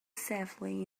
safely